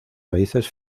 raíces